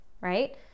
right